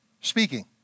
speaking